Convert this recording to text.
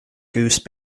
goose